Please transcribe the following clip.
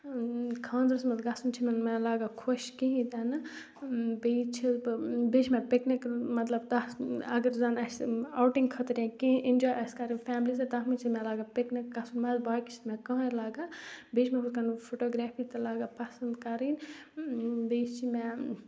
خاندرَس منٛز گژھُن چھِنہٕ مےٚ لَگان خۄش کِہیٖنۍ تہِ نہٕ بیٚیہِ چھَس بہٕ بیٚیہِ چھِ مےٚ پِکنِکَن مطلب تَس اگر زَنہٕ اَسہِ آوٹِنٛگ خٲطرٕ یا کیںٛہہ اِنجاے آسہِ کَرٕںۍ فیملی سۭتۍ تَتھ منٛز چھِ مےٚ لَگان پِکنِک گژھُن مگر باقی چھِنہٕ مےٚ کٕہٕنۍ لَگان بیٚیہِ چھِ مےٚ ہُتھ کَنۍ فوٹوگرٛیفی تہِ لَگان پَسنٛد کَرٕنۍ بیٚیہِ چھِ مےٚ